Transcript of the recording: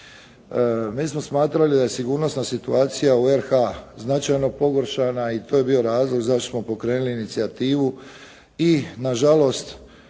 Mi smo smatrali da je sigurnosna situacija u RH-a značajno pogoršana i to je bio razlog zašto smo pokrenuli inicijativu i nažalost